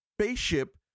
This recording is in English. spaceship